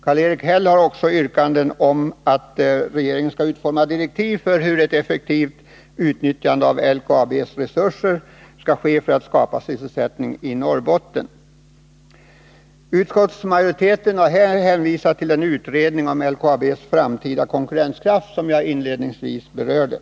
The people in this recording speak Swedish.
Karl-Erik Häll har också yrkat att regeringen skall utforma direktiv för hur LKAB:s resurser skall utnyttjas effektivt för att skapa sysselsättning i Norrbotten. Utskottsmajoriteten har här hänvisat till den utredning om LKAB:s framtida konkurrenskraft som jag inledningsvis berörde.